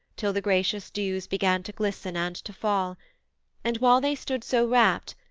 till the gracious dews began to glisten and to fall and while they stood, so rapt,